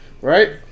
right